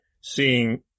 seeing